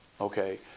okay